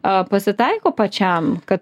a pasitaiko pačiam kad